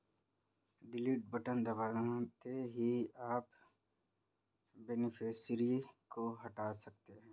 delete button दबाते ही आप बेनिफिशियरी को हटा सकते है